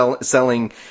selling